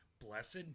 Blessed